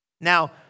Now